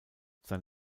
sein